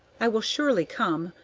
i will surely come,